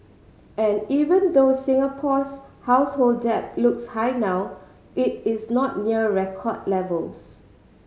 and even though Singapore's household debt looks high now it is not near record levels